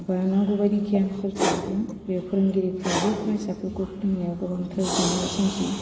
बा नांगौबायदि गियानफोर थायाब्ला बे फोरोंगिरिफ्राबो फरायसाफोरखौ फोरोंनायाव गोबांथार जेंना सोमजियो